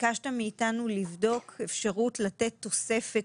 ביקשת מאיתנו לבדוק אפשרות לתת תוספת